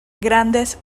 grandes